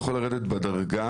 הוא יכול לרדת בדרגה,